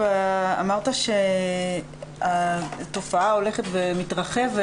אמרת שהתופעה הולכת ומתרחבת.